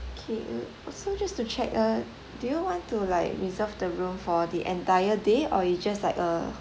okay uh also just to check uh do you want to like reserve the room for the entire day or is just like a